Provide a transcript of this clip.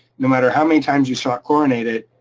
no matter how many times you shock chlorinate it,